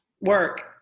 work